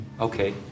Okay